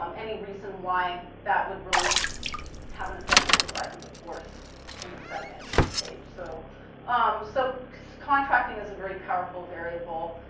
um any reason why that would really have an effect on the size of the force in the second stage so um so so contracting is a very powerful variable.